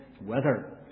weather